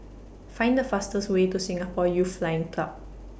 Find The fastest Way to Singapore Youth Flying Club